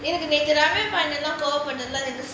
எனக்கு நேத்து கோபப்பட்டது:enaku nethu kobapatathu